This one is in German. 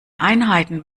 einheiten